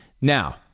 Now